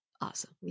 Awesome